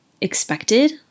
expected